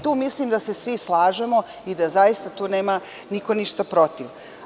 Tu mislim da se svi slažemo i da tu zaista nema niko ništa protiv.